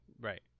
Right